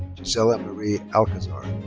gisella marie alcazar.